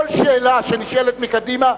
כל שאלה שנשאלת מקדימה,